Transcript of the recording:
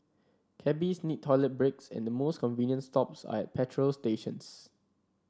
cabbies need toilet breaks and the most convenient stops are at petrol stations